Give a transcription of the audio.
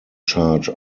charge